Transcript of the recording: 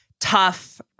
tough